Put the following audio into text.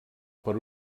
per